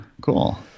cool